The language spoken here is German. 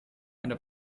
eine